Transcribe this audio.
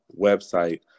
website